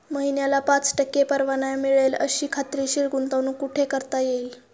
महिन्याला पाच टक्के परतावा मिळेल अशी खात्रीशीर गुंतवणूक कुठे करता येईल?